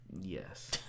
Yes